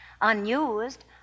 unused